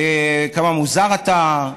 וכמה מוזר אתה,